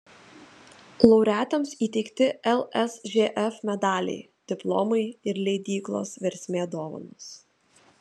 laureatams įteikti lsžf medaliai diplomai ir leidyklos versmė dovanos